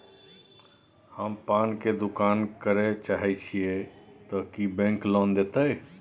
हम पान के दुकान करे चाहे छिये ते की बैंक लोन देतै?